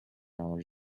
our